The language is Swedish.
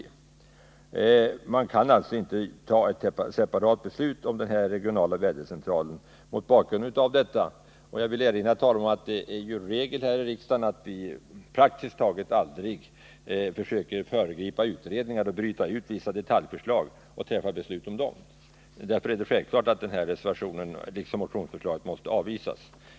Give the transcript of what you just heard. Mot den bakgrunden kan riksdagen knappast fatta ett separat beslut om den regionala vädercentralen — jag vill erinra om att det är regel här i riksdagen att vi praktiskt taget aldrig föregriper utredningar och bryter ut vissa detaljförslag och fattar beslut om dem. Därför är det självklart att reservationen liksom motionsförslaget måste avvisas.